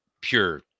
pure